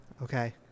okay